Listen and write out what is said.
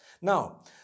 Now